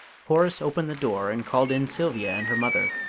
horace opened the door and called in sylvia and her mother,